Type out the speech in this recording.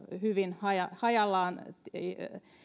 hyvin hajallaan hajallaan